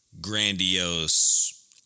grandiose